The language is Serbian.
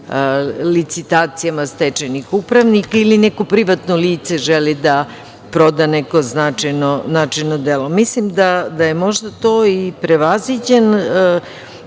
licitacijama stečajnih upravnika ili neko privatno lice želi da proda neko značajno delo. Mislim da je možda to i prevaziđen